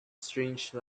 strange